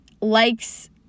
likes